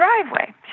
driveway